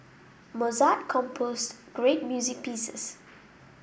Mozart composed great music pieces